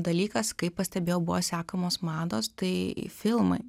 dalykas kaip pastebėjau buvo sekamos mados tai filmai